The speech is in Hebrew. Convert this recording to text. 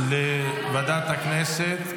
לוועדת הכנסת,